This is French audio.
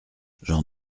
j’en